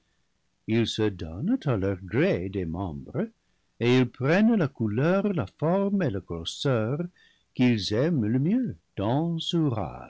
ils se don nent à leur gré des membres et ils prennent la couleur la forme et la grosseur qu'ils aiment le mieux